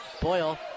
Boyle